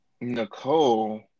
Nicole